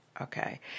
Okay